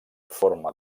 forma